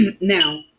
Now